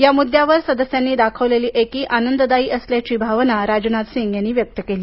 या मुद्यावर सदस्यांनी दाखवलेली एकी आनंददायी असल्याची भावना राजनाथ सिंग यांनी व्यक्त केली